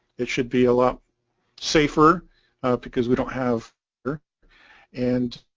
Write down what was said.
it should be a lot safer because we don't have her and